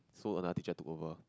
so another teacher took over